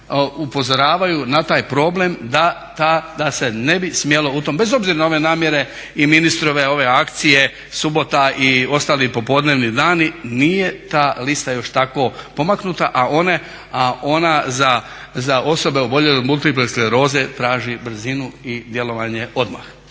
upozoravaju na taj problem da se ne bi smjelo u tom, bez obzira na ove namjere i ministrove ove akcije subota i ostali popodnevni dani, nije ta lista još tako pomaknuta, a ona za osobe oboljele od multiple skleroze traži brzinu i djelovanje odmah.